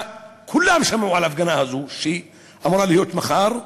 כולם שמעו על ההפגנה הזו, שאמורה להיות מחר,